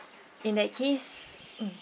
in that case mm